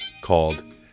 called